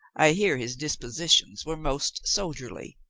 i hear his dispositions were most soldier ly.